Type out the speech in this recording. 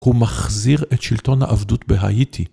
הוא מחזיר את שלטון העבדות בהאיטי.